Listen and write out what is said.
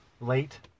late